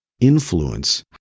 influence